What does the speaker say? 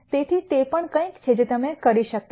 તેથી તે પણ કંઈક છે જે તમે કરી શકતા હતા